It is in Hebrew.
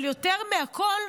אבל יותר מהכול,